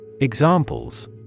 Examples